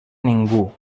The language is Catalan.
ningú